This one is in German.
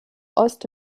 ost